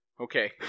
Okay